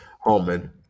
holman